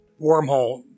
wormhole